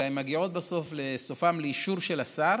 אלא הן מגיעות בסופן לאישור של השר